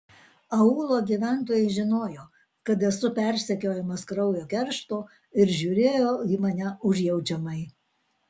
aūlo gyventojai žinojo kad esu persekiojamas kraujo keršto ir žiūrėjo į mane užjaučiamai